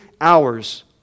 hours